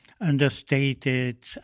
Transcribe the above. understated